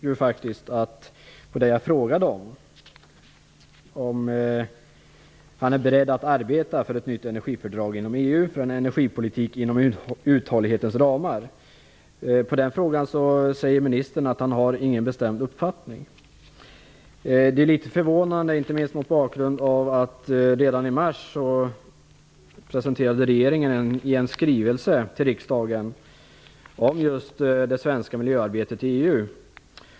På min fråga om han är beredd att arbeta för ett energifördrag inom EU för en energipolitik inom uthållighetens ramar svarar ministern att han inte har någon bestämd uppfattning. Det är litet förvånande, inte minst mot bakgrund av att regeringen redan i mars i en skrivelse till riksdagen presenterade det svenska miljöarbetet i EU.